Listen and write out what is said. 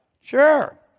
Sure